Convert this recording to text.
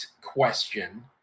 question